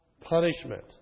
punishment